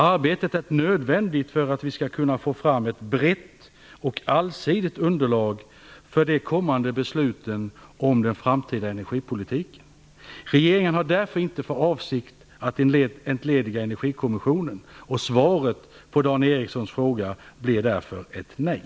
Arbetet är nödvändigt för att vi skall få fram ett brett och allsidigt underlag för de kommande besluten om den framtida energipolitiken. Regeringen har inte för avsikt att entlediga Energikommissionen och svaret på Dan Ericssons fråga blir därför nej.